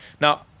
Now